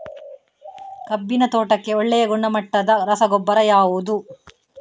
ಕಬ್ಬಿನ ತೋಟಕ್ಕೆ ಒಳ್ಳೆಯ ಗುಣಮಟ್ಟದ ರಸಗೊಬ್ಬರ ಯಾವುದು?